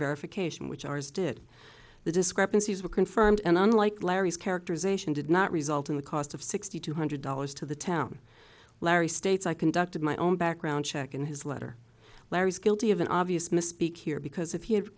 verification which ours did the discrepancies were confirmed and unlike larry's characterization did not result in the cost of sixty two hundred dollars to the town larry states i conducted my own background check and his letter larry is guilty of an obvious misspeak here because if he ha